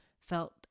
felt